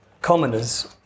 commoners